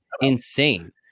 insane